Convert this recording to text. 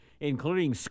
including